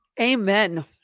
Amen